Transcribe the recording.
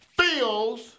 feels